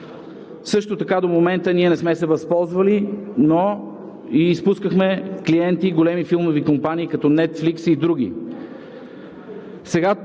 Европа. До момента ние не сме се възползвали, но изпускахме клиенти и големи филмови компании като NETFLIX и други.